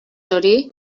hori